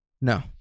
No